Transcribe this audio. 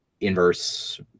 inverse